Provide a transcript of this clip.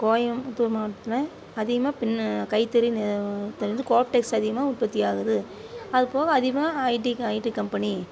கோயம்புத்தூர் மாவட்டத்தில் அதிகமாக பின்ன கைத்தறி எனக்கு தெரிஞ்சு கோஆப்டெக்ஸ் அதிகமாக உற்பத்தி ஆகுது அது போக அதிகமாக ஐடி ஐடி கம்பெனி